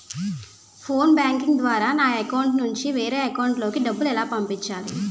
Phone banking ద్వారా నా account నుంచి వేరే అకౌంట్ లోకి డబ్బులు ఎలా పంపించాలి?